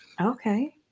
okay